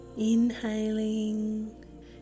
Inhaling